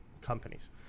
companies